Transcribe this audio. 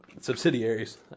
Subsidiaries